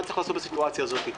מה צריך לעשות בסיטואציה הזאת,